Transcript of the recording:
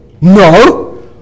No